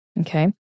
Okay